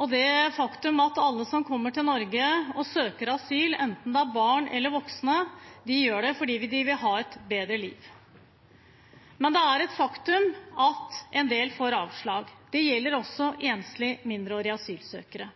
og det faktum at alle som kommer til Norge og søker asyl – enten det er barn eller voksne – gjør det fordi de vil ha et bedre liv. Det er et faktum at endel får avslag. Det gjelder også enslige mindreårige asylsøkere.